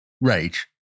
Rage